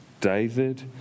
David